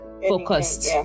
focused